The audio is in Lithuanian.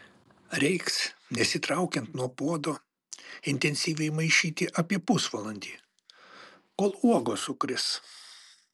reiks nesitraukiant nuo puodo intensyviai maišyti apie pusvalandį kol uogos sukris